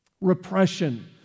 Repression